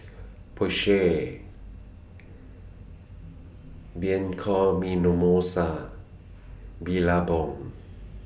Porsche Bianco Billabong